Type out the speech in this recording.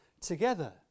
together